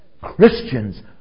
Christians